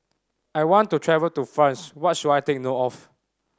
I want to travel to France what should I take note of